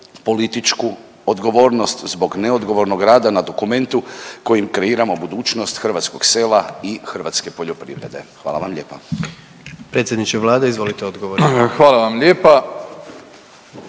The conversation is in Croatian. političku odgovornost zbog neodgovornog rada na dokumentu kojim kreiramo budućnost hrvatskog sela i hrvatske poljoprivrede? Hvala vam lijepa. **Jandroković, Gordan (HDZ)**